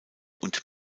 und